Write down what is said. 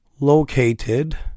Located